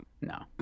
no